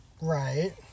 Right